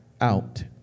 out